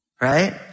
Right